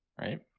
right